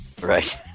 Right